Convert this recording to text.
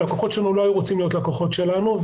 הלקוחות שלנו לא היו רוצים להיות לקוחות שלנו,